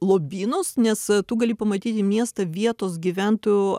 lobynus nes tu gali pamatyti miestą vietos gyventojų